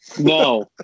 no